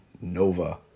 Nova